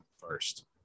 first